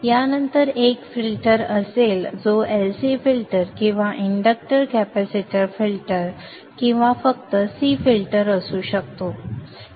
यानंतर एक फिल्टर असेल जो LC फिल्टर किंवा इंडक्टर कॅपेसिटर फिल्टर किंवा फक्त C फिल्टर असू शकतो